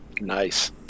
Nice